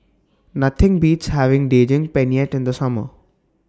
Nothing Beats having Daging Penyet in The Summer